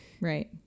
Right